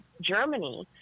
Germany